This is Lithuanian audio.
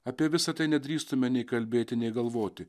apie visa tai nedrįstume nei kalbėti nei galvoti